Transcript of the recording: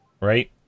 right